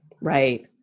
right